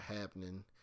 happening